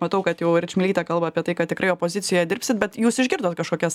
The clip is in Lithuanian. matau kad jau ir čmilytė kalba apie tai kad tikrai opozicija dirbsit bet jūs išgirdote kažkokias